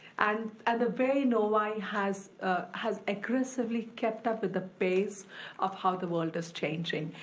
and and the way novi has has aggressively kept up ah the pace of how the world is changing.